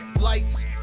Lights